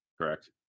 correct